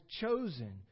chosen